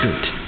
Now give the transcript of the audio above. good